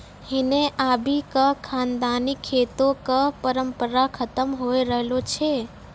हिन्ने आबि क खानदानी खेतो कॅ परम्परा खतम होय रहलो छै